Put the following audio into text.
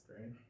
right